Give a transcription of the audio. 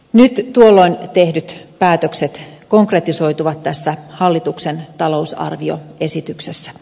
nyt tuolloin tehdyt päätökset konkretisoituvat tässä hallituksen talousarvioesityksessä